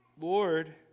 Lord